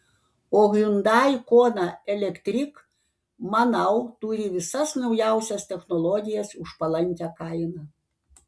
o hyundai kona electric manau turi visas naujausias technologijas už palankią kainą